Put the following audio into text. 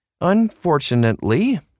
Unfortunately